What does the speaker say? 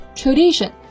tradition